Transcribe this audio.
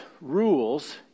rules